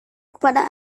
kepada